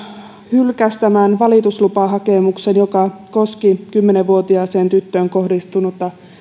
hylkäsi tämän valituslupahakemuksen joka koski kymmenen vuotiaaseen tyttöön kohdistunutta